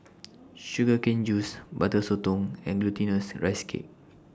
Sugar Cane Juice Butter Sotong and Glutinous Rice Cake